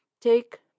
Take